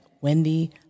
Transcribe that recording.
Wendy